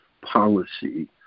policy